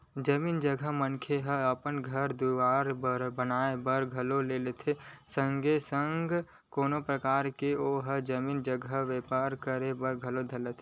जमीन जघा मनखे ह अपन घर दुवार बनाए बर घलो लेथे संगे संग कोनो परकार के ओ जमीन जघा म बेपार करे बर घलो लेथे